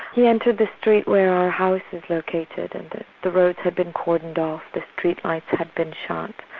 he entered the street where our house was located and the the roads had been cordoned off, the streetlights had been shot,